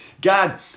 God